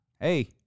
Hey